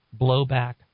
blowback